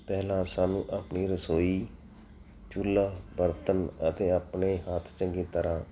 ਪਹਿਲਾਂ ਸਾਨੂੰ ਆਪਣੀ ਰਸੋਈ ਚੁੱਲ੍ਹਾ ਬਰਤਨ ਅਤੇ ਆਪਣੇ ਹੱਥ ਚੰਗੀ ਤਰ੍ਹਾਂ